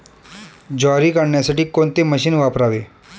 ज्वारी काढण्यासाठी कोणते मशीन वापरावे?